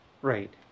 Right